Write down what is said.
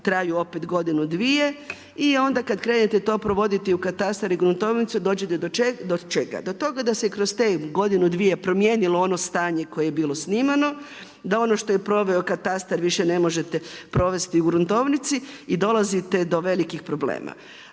traju opet godinu, dvije i onda kada krenete to provoditi u katastar i gruntovnicu dođete do čega? Do toga da se kroz te godinu, dvije promijenilo ono stanje koje je bilo snimano, da ono što je proveo katastar više ne možete provesti u gruntovnici i dolazite do velikih problema.